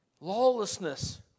Lawlessness